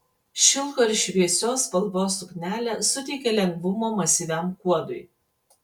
šilko ir šviesios spalvos suknelė suteikia lengvumo masyviam kuodui